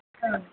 औ